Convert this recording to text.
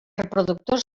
reproductors